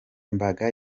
mbaga